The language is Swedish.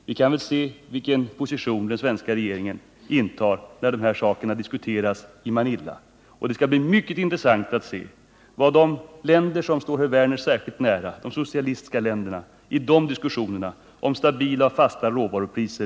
Vi kan väl se vilken position den svenska regeringen intar, när de här sakerna diskuteras i Manila, och det skall bli mycket intressant att se vad de länder som står herr Werner särskilt nära — de socialistiska länderna — kommer att inta för position i diskussionerna om stabila och fasta råvarupriser.